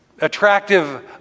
attractive